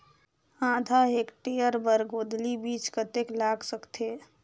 आधा हेक्टेयर बर गोंदली बीच कतेक लाग सकथे?